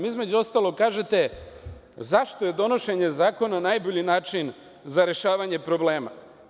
Između ostalog, kažete zašto je donošenje zakona najbolji način za rešavanje problema.